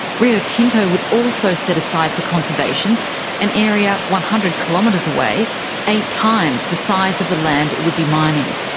rio tinto would also set aside for conservation an area one hundred kilometres away eight times the size of the land it would be mining.